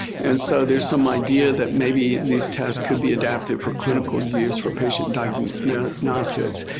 and so there's some idea that maybe these tests could be adapted for clinical use for patient diagnostics.